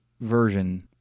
version